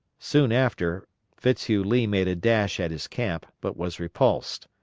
soon after fitz hugh lee made a dash at his camp, but was repulsed.